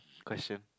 question